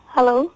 Hello